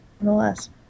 nonetheless